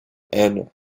and